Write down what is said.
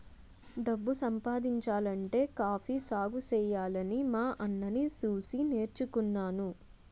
డబ్బు సంపాదించాలంటే కాఫీ సాగుసెయ్యాలని మా అన్నని సూసి నేర్చుకున్నాను